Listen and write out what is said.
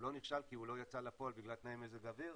הוא לא נכשל כי הוא לא יצא לפועל בגלל תנאי מזג אוויר,